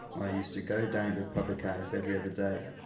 i used to go down to public house every other day